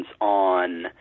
on